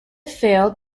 failed